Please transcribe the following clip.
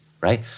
right